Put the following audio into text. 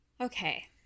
Okay